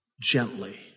gently